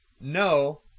no